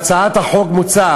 בהצעת החוק מוצע